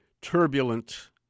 turbulent